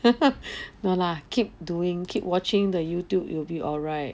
no lah keep doing keep watching the youtube you'll be all right